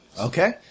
Okay